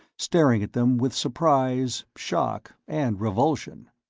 staring at them with surprise, shock and revulsion.